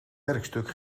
werkstuk